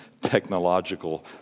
technological